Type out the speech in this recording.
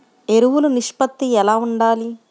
ఎరువులు నిష్పత్తి ఎలా ఉండాలి?